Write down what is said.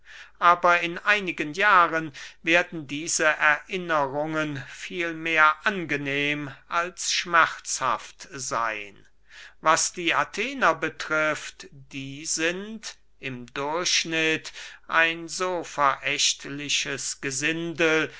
aber in einigen jahren werden diese erinnerungen vielmehr angenehm als schmerzhaft seyn was die athener betrifft die sind im durchschnitt ein so verächtliches gesindel